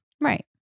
Right